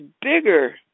bigger